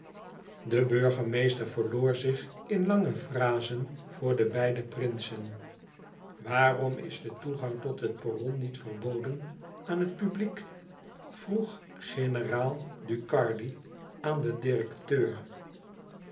de burgemeester verloor zich in lange frazen voor de beide prinsen waarom is de toegang tot het perron niet verboden aan het publiek vroeg generaal ducardi aan den directeur